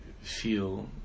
feel